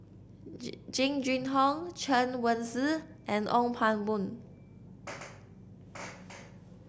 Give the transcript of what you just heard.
Ji Jing Jun Hong Chen Wen Hsi and Ong Pang Boon